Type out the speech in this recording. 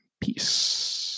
Peace